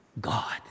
God